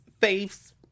Faith's